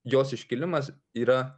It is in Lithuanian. jos iškilimas yra